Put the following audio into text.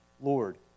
Lord